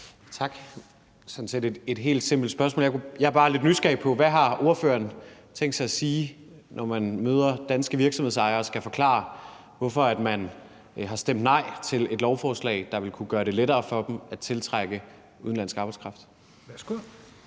har sådan set et helt simpelt spørgsmål. Jeg er bare lidt nysgerrig efter at høre, hvad ordføreren har tænkt sig at sige, når han møder danske virksomhedsejere og skal forklare, hvorfor han har stemt nej til et lovforslag, der vil kunne gøre det lettere for dem at tiltrække udenlandsk arbejdskraft. Kl.